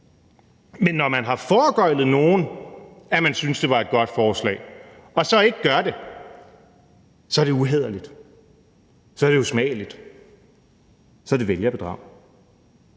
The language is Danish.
Men når man har foregøglet nogen, at man syntes, at det var et godt forslag, og man så ikke gør det, så er det uhæderligt, så er det usmageligt, og så er det vælgerbedrag.